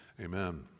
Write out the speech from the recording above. amen